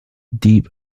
deep